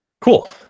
Cool